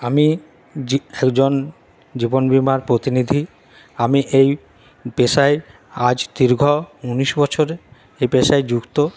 আমি একজন জীবন বিমার প্রতিনিধি আমি এই পেশায় আজ দীর্ঘ উনিশ বছর এই পেশায় যুক্ত